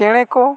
ᱪᱮᱬᱮ ᱠᱚ